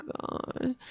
god